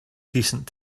decent